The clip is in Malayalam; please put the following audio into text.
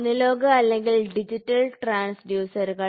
അനലോഗ് അല്ലെങ്കിൽ ഡിജിറ്റൽ ട്രാൻസ്ഡ്യൂസറുകൾ